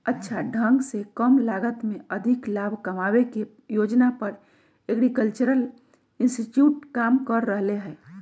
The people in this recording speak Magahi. अच्छा ढंग से कम लागत में अधिक लाभ कमावे के योजना पर एग्रीकल्चरल इंस्टीट्यूट काम कर रहले है